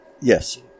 Yes